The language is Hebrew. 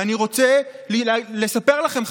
ואני רוצה לספר לכם,